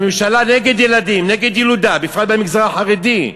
הממשלה נגד ילדים, נגד ילודה, בפרט במגזר החרדי.